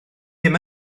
ddim